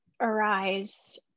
arise